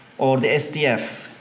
or the sdf,